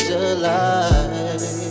July